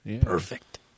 Perfect